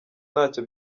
ntacyo